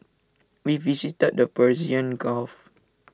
we visited the Persian gulf